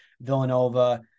Villanova